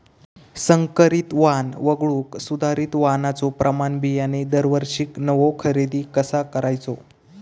संकरित वाण वगळुक सुधारित वाणाचो प्रमाण बियाणे दरवर्षीक नवो खरेदी कसा करायचो?